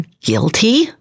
guilty